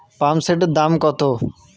পাম্পসেটের দাম কত?